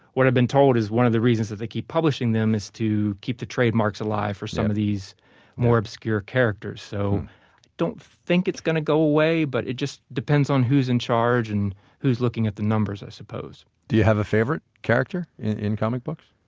what i've been told is one of the reasons that they keep publishing them is to keep the trademarks alive for some of these more obscure characters. so i don't think it's going to go away, but it just depends on who's in charge and who's looking at the numbers, i suppose do you have a favorite character in comic books?